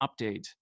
update